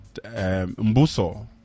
Mbuso